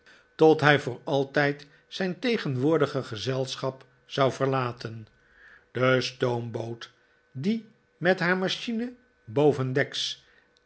tot hij voor altijd zijn tegenwoordige gezelschap zou verlaten de stoomboot die met haar machine bovendeks